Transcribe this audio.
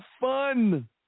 fun